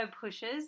pushes